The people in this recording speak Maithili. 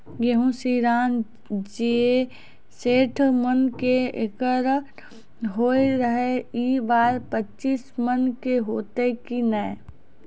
गेहूँ श्रीराम जे सैठ मन के एकरऽ होय रहे ई बार पचीस मन के होते कि नेय?